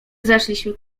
zeszliśmy